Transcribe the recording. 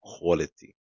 quality